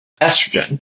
estrogen